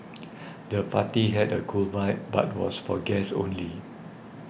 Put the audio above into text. the party had a cool vibe but was for guests only